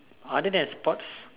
other than sports